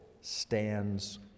stands